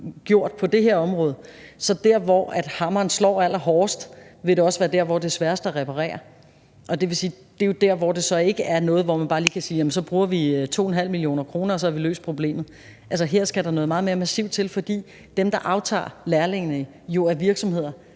gjort på det her område, så vil dér, hvor hammeren slår allerhårdest, også være dér, hvor det er sværest at reparere. Og det vil sige, at det jo er der, hvor man ikke bare med et fingerknips kan sige, at så bruger vi 2,5 mio. kr., og så har vi løst problemet. Altså, her skal der noget meget mere massivt til, fordi dem, der aftager lærlingene, jo er virksomheder,